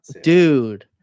Dude